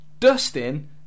Dustin